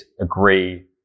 agree